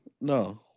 No